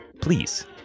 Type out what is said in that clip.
please